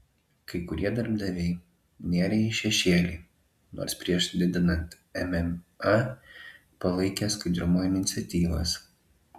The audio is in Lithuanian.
kai kurie darbdaviai nėrė į šešėlį nors prieš didinant mma palaikė skaidrumo iniciatyvas